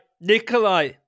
Nikolai